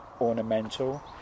ornamental